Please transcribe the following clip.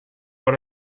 will